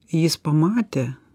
jis pamatė